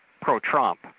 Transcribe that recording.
pro-Trump